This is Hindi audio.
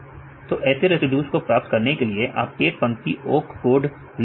तो ऐसे रेसिड्यू को प्राप्त करने के लिए आप एक पंक्ति ओक कोड लिख सकते हैं